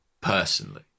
personally